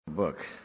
book